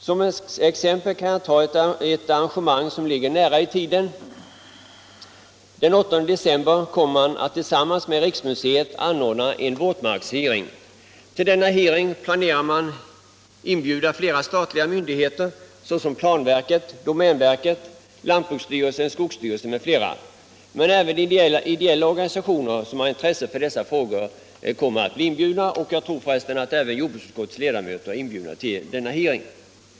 Som exempel kan jag ta ett arrangemang som ligger nära i tiden. Den 8 december kommer man att tillsammans med Riksmuseet anordna en våtmarks-hearing. Till denna hearing planerar man att inbjuda flera statliga myndigheter, såsom planverket, domänverket, lantbruksstyrelsen, skogsstyrelsen, m.fl., men även ideella organisationer som kan ha intresse för dessa frågor kommer att bli inbjudna. Jag tror att även jordbruksutskottets ledamöter är inbjudna till denna hearing.